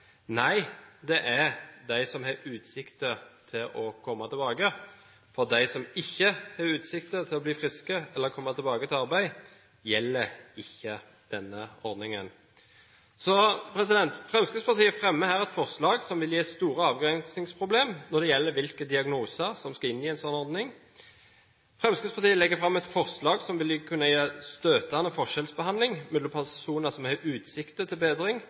Nei, det er for dem som har utsikter til å komme tilbake. For dem som ikke har utsikter til å bli friske eller komme tilbake til arbeid, gjelder ikke denne ordningen. Fremskrittspartiet fremmer her et forslag som vil gi store avgrensningsproblemer når det gjelder hvilke diagnoser som skal inn i en sånn ordning. Fremskrittspartiet legger fram et forslag som vil kunne føre til støtende forskjellsbehandling mellom personer som har utsikter til bedring,